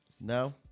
No